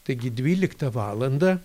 taigi dvyliktą valandą